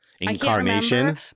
Incarnation